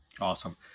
Awesome